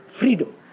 Freedom